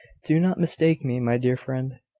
do not mistake me, my dear friend.